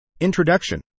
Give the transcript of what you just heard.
Introduction